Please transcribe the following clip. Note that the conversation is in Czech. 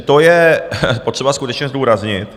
To je potřeba skutečně zdůraznit.